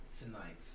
tonight